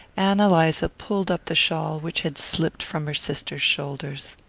ann eliza pulled up the shawl which had slipped from her sister's shoulders.